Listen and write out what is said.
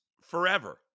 forever